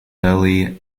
early